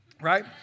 right